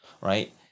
right